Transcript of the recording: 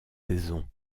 saison